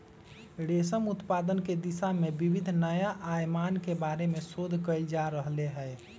रेशम उत्पादन के दिशा में विविध नया आयामन के बारे में शोध कइल जा रहले है